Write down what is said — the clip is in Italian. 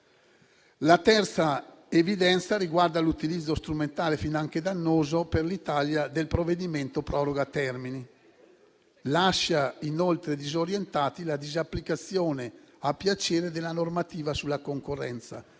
La terza evidenza riguarda l'utilizzo strumentale, finanche dannoso per l'Italia, del provvedimento proroga termini. Lascia inoltre disorientati la disapplicazione a piacere della normativa sulla concorrenza: